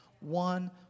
One